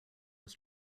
was